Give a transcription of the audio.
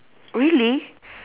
really